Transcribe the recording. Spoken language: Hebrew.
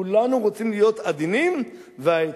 כולנו רוצים להיות עדינים והעצני.